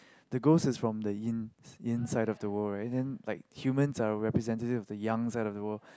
the ghost is from the Yin Yin side of the world right then like humans are representative of the Yang side of the world